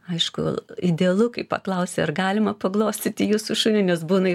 aišku idealu kai paklausia ar galima paglostyti jūsų šunį nes būna